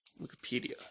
Wikipedia